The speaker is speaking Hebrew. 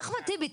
אחמד טיבי,